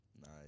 Nice